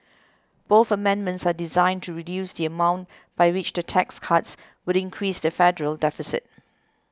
both amendments are designed to reduce the amount by which the tax cuts would increase the federal deficit